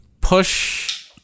push